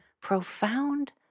profound